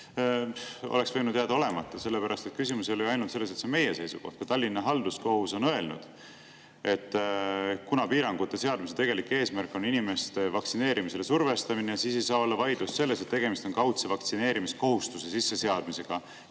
oleks võinud jääda olemata. Küsimus ei ole ju ainult selles, et see on meie seisukoht. Ka Tallinna Halduskohus on öelnud: "Kuivõrd piirangute seadmise tegelik eesmärk on inimeste vaktsineerimisele survestamine, siis ei saa olla vaidlust selles, et tegemist on kaudse vaktsineerimiskohustuse sisseseadmisega.